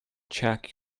check